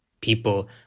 people